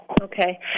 Okay